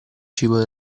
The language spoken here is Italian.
cibo